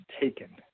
taken –